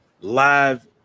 live